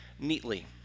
neatly